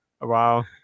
Wow